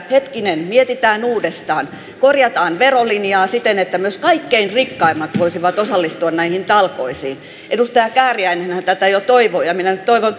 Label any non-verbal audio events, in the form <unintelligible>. <unintelligible> hetkinen mietitään uudestaan korjataan verolinjaa siten että myös kaikkein rikkaimmat voisivat osallistua näihin talkoisiin edustaja kääriäinenhän tätä jo toivoi ja minä nyt toivon <unintelligible>